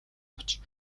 авч